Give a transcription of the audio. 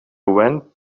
went